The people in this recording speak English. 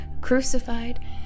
crucified